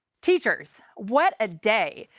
teachers, what a day!